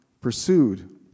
pursued